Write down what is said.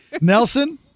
Nelson